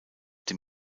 dem